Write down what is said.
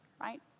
Right